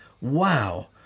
wow